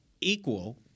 equal